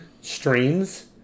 streams